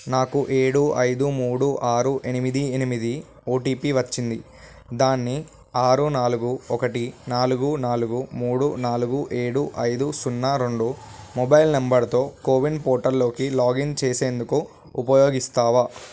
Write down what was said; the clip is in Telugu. నాకు ఏడు ఐదు మూడు ఆరు ఎనిమిది ఎనిమిది ఓటీపీ వచ్చింది దాన్ని ఆరు నాలుగు ఒకటి నాలుగు నాలుగు మూడు నాలుగు ఏడు ఐదు సున్నా రెండు మొబైల్ నంబర్తో కోవిన్ పోర్టల్లోకి లాగిన్ చేసేందుకు ఉపయోగిస్తావా